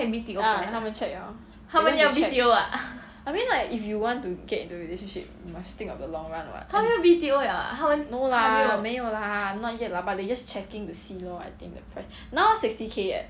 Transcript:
ah 他们 check liao they went to check I mean like if you want to get into a relationship must think of the long run and no lah 没有 lah not yet lah but they just checking to see lor I think that the price now sixty K eh